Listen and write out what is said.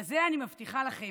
לזה, אני מבטיחה לכם,